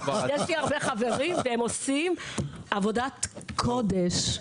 יש לי הרבה חברים, והם עושים עבודת קודש.